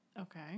Okay